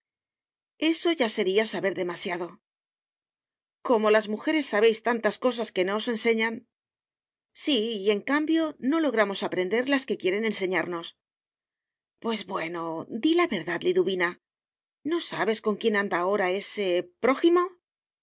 eso ya sería saber demasiado como las mujeres sabéis tantas cosas que no os enseñan sí y en cambio no logramos aprender las que quieren enseñarnos pues bueno di la verdad liduvina no sabes con quién anda ahora ese prójimo